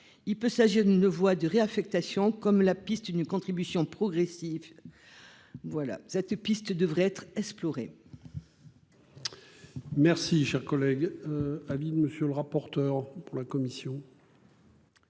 Il peut s'agir ne voit de réaffectation comme la piste une contribution progressive. Voilà cette piste devrait être explorées. Merci cher collègue. À monsieur le rapporteur. Pour la commission.